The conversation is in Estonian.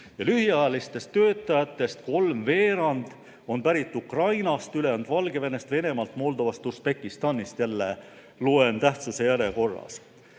Lühiajalistest töötajatest kolmveerand on pärit Ukrainast, ülejäänud Valgevenest, Venemaalt, Moldovast ja Usbekistanist – jälle lugesin tähtsuse järjekorras.